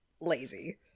lazy